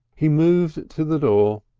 he moved to the door.